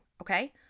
Okay